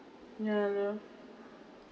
yeah